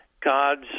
God's